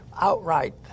outright